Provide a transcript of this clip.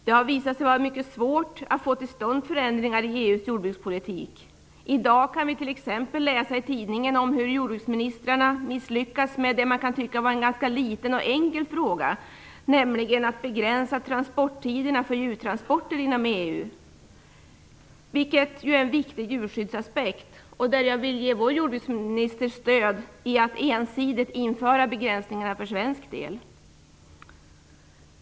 Det har visat sig vara mycket svårt att få till stånd förändringar i EU:s jordbrukspolitik. I dag kan vi t.ex. läsa i tidningen om hur jordbruksministrarna misslyckats med det man tycka är en ganska liten och enkel fråga, nämligen att begränsa transporttiderna för djurtransporter inom EU. Detta är en viktig djurskyddsaspekt, där jag vill ge vår jordbruksminister stöd till att ensidigt införa begränsningar för svensk del.